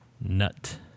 Nut